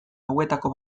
hauetako